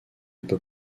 peut